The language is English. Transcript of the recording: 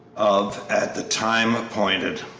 of at the time appointed,